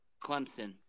Clemson